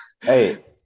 Hey